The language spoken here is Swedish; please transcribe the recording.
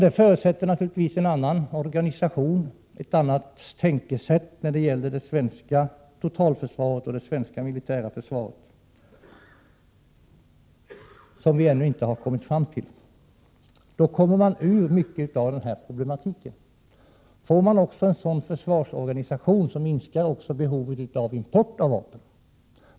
Det förutsätter naturligtvis en annan organisation, ett annat tänkesätt när det gäller det svenska totalförsvaret och det svenska militära försvaret, som vi ännu inte har kommit fram till. Då kommer man ur mycket av den här problematiken. Får man en sådan försvarsorganisation, minskar också behovet av import av vapen.